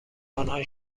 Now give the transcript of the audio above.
آنها